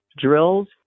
drills